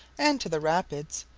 and to the rapids,